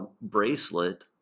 bracelet